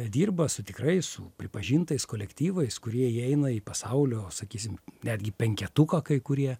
dirba su tikrai su pripažintais kolektyvais kurie įeina į pasaulio sakysim netgi penketuką kai kurie